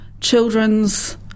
children's